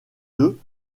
deux